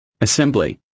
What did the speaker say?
Assembly